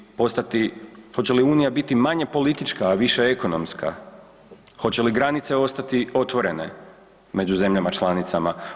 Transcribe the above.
Hoće li postati, hoće li unija biti manje politička, a više ekonomska, hoće li granice ostati otvorene među zemljama članicama?